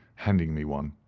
handing me one.